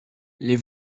les